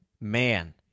Man